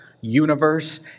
universe